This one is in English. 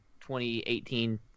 2018